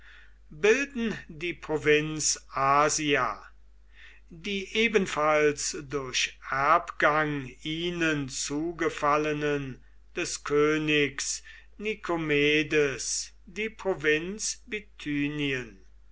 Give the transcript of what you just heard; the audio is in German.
bilden die provinz asia die ebenfalls durch erbgang ihnen zugefallenen des königs nikomedes die provinz